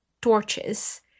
torches